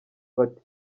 bati